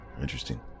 Interesting